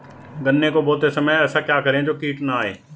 गन्ने को बोते समय ऐसा क्या करें जो कीट न आयें?